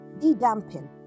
de-damping